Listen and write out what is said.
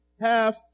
half